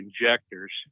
injectors